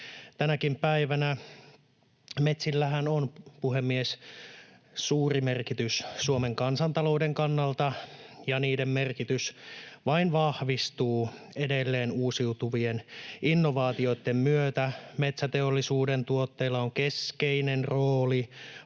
tänäkin päivänä. Metsillähän on, puhemies, suuri merkitys Suomen kansantalouden kannalta, ja niiden merkitys vain vahvistuu edelleen uusiutuvien innovaatioitten myötä. Metsäteollisuuden tuotteilla on keskeinen rooli